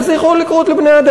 איך זה יכול לקרות לבני-אדם?